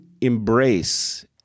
embrace